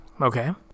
Okay